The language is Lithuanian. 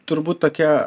turbūt tokia